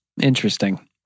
Interesting